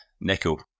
nickel